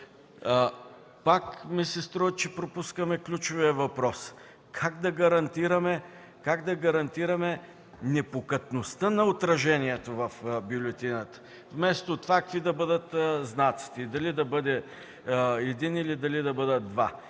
Пак ми се струва, че пропускаме ключовия въпрос: как да гарантираме непокътнатостта на отражението в бюлетината, вместо това какви да бъдат знаците – дали да бъде един, дали да бъдат два.